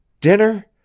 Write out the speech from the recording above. Dinner